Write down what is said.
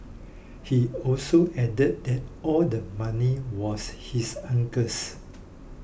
he also added that all the money was his uncle's